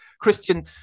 Christian